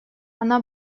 она